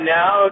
now